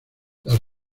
las